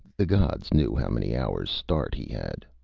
the gods knew how many hours' start he had.